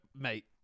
Mate